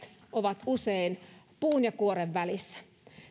ovat usein puun ja kuoren välissä